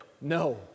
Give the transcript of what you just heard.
no